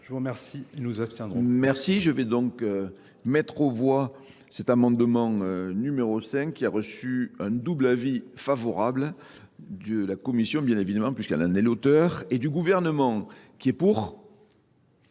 Je vous remercie, ils nous ils nous abstiendront. Merci, je vais donc mettre au voie Cet amendement numéro 5 a reçu un double avis favorable de la Commission, bien évidemment, puisqu'elle en est l'auteur, et du gouvernement qui est pour,